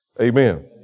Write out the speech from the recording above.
amen